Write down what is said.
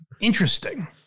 Interesting